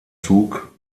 zug